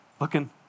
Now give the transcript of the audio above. looking